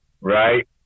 right